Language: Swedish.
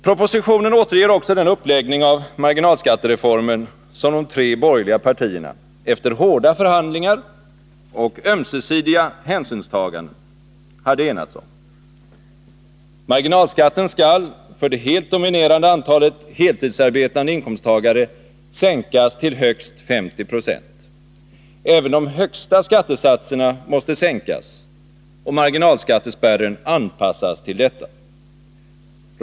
Propositionen återger också den uppläggning av marginalskattereformen som de tre borgerliga partierna, efter hårda förhandlingar och ömsesidiga hänsynstaganden, hade enats om. Marginalskatten skall för det helt tiska åtgärder tiska åtgärder dominerande antalet heltidsarbetande inkomsttagare sänkas till högst 50 96. Även de högsta skattesatserna måste sänkas och marginalskattespärren anpassas till detta.